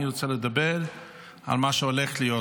אני רוצה לדבר על מה שהולך להיות.